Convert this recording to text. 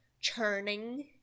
churning